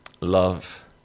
love